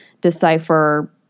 decipher